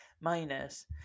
minus